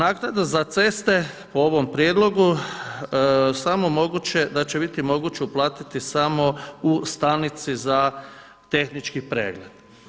A naknada za ceste po ovom prijedlogu samo da će biti moguće uplatiti samo u stanici za tehnički pregled.